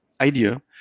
idea